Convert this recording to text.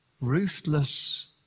Ruthless